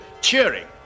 cheering